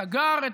סגר,